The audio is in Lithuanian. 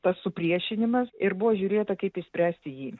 tas supriešinimas ir buvo žiūrėta kaip išspręsti jį